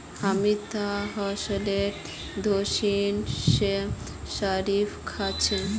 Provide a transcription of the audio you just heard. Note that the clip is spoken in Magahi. हामी त सेहतेर दृष्टिकोण स शरीफा खा छि